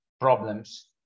problems